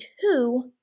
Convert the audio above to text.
two